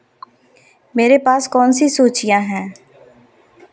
मेरे पास कौन सी सूचियाँ हैं